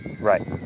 Right